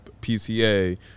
PCA